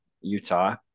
Utah